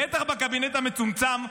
בטח בקבינט המצומצם,